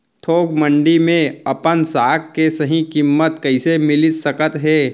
थोक मंडी में अपन साग के सही किम्मत कइसे मिलिस सकत हे?